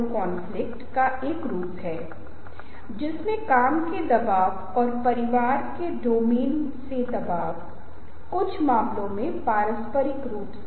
आप को इन मुद्दों में से कुछ के साथ साथ कागजात को प्रकर करेंगे कि हम कैसे रवैयों के बारे में प्रदान की है कि कैसे राजी करने से संबंधित कुछ मुद्दों को प्रस्तुत करते हैं